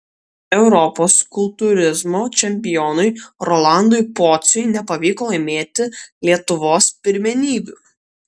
europos kultūrizmo čempionui rolandui pociui nepavyko laimėti lietuvos pirmenybių